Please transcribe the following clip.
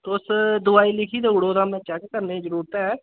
तुस दवाई लिखी देई ओड़ो तां मैं चेक करने दी जरूरत ऐ